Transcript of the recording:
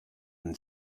and